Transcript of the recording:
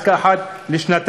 עסקה אחת לשנתיים.